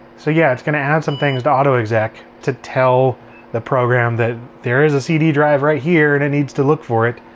so yeah, it's going to add some things to autoexec to tell the program that there is a cd drive right here and it needs to look for it.